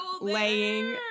laying